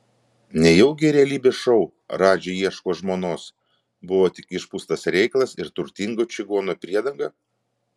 nejaugi realybės šou radži ieško žmonos buvo tik išpūstas reikalas ir turtingo čigono priedanga